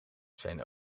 zijn